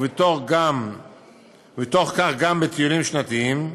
ובתוך כך בטיולים שנתיים,